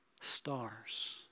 stars